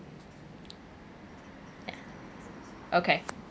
ya okay